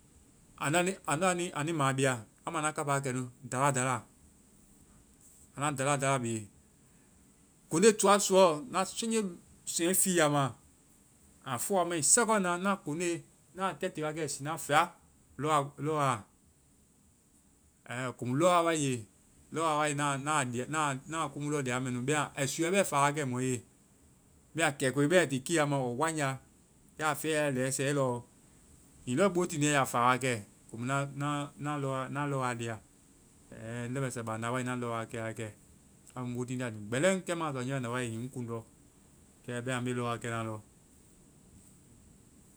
Andɔ anui, andɔ anui maaŋbia. Amu anda kapaa kɛ nu. Dala dala! Aŋda dala dala bee. Koŋde toa suuɔ. Na senje sɛŋ fii. A fɔa a mai. second naa, na koŋdea tɛte wa kɛ siina fɛa lɔ-lɔwa a. Ɛɛ. Komu lɔwa wae nge, lɔwa wae, nana, naa komu lɔɔ lia a mɛ nu. Bɛma ai suuɛ bɛw fa wa kɛ mɔ ye. Bɛma kɛɛkoe bɛ ai ti kia ma ɔɔ wanjáa. Ya fɛe, ya lɛɛ sɛe lɔ, hiŋi lɔɔ i bo tiindia, i ya fa wa kɛ. Komu na-na-na-na lɔwaa lia. Ɛɛ. Ŋ leŋmɛsɛ bandáa, na lɔwa kɛ wa kɛ. Amu ŋ bo tiindia wi gbɛlɛn. Kɛ maa sɔ niiɛ bandá wae ŋ kuŋ lɔ. Kɛ bɛma me lɔwa kɛ na lɔ.